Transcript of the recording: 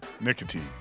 nicotine